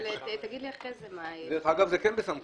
דרך אגב, זה כן בסמכותו.